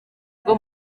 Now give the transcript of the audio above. bwo